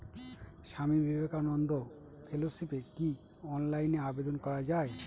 স্বামী বিবেকানন্দ ফেলোশিপে কি অনলাইনে আবেদন করা য়ায়?